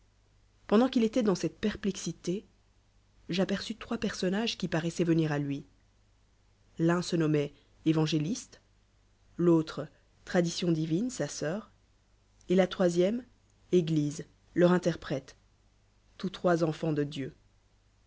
pendant qu'il étoit dans cette perplexité j'aperçus trois personnages qui paroissoient venir à lui l'un se oommoit évangéla'ste l'autre traditior divi ne sa sœti r etla troisiémeeglrset leur interprète tous trois enfants de dieu